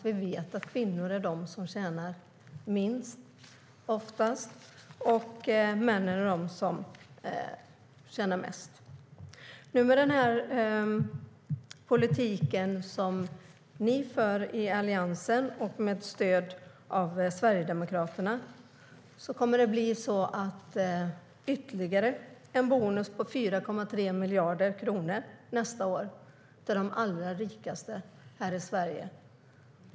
Vi vet att kvinnor är de som oftast tjänar minst och att männen är de som tjänar mest. Med den politik som ni i Alliansen för med stöd av Sverigedemokraterna kommer det att bli ytterligare en bonus på 4,3 miljarder nästa år till de allra rikaste här i Sverige.